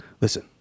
listen